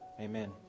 Amen